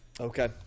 Okay